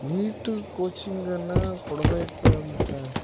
neat ಕೋಚಿಂಗನ್ನು ಕೊಡಬೇಕಂತ